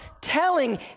telling